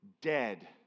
dead